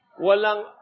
walang